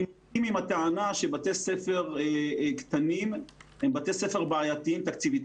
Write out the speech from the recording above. אני מסכים עם הטענה שבתי ספר קטנים הם בתי ספר בעייתיים תקציבית.